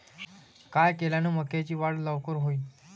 काय केल्यान मक्याची वाढ लवकर होईन?